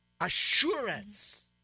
assurance